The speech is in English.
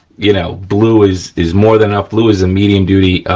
you know, blue is is more than enough, blue is a medium duty,